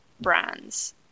brands